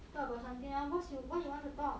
talk about something else what you want to talk